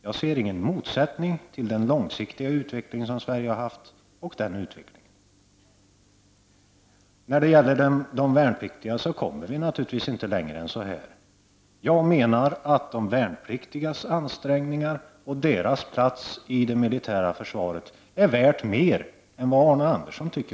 Jag ser ingen motsättning mellan den långsiktiga utveckling som Sverige har haft och denna utveckling. När det gäller de värnpliktiga kommer vi naturligtvis inte längre. Jag menar att de värnpliktigas ansträngningar och deras plats i det militära försvaret är värt mer än vad Arne Andersson tycker.